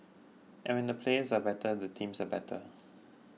and when the players are better the teams are better